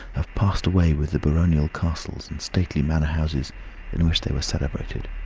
have passed away with the baronial castles and stately manor-houses in which they were celebrated.